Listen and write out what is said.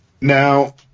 Now